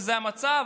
שזה המצב,